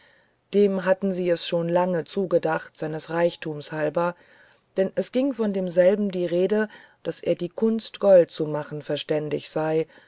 dem hattend sy es schon lange zugedacht seines reichthums halber denn es ging von demselben die rede daß er der kunst gold zu machen verständig sey